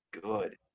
good